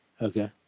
Okay